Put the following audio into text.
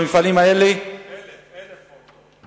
1,000 עובדות.